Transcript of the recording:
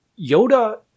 Yoda